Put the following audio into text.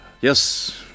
Yes